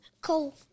Cool